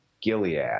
Gilead